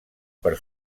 per